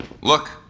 Look